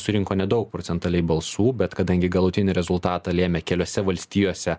surinko nedaug procentaliai balsų bet kadangi galutinį rezultatą lėmė keliose valstijose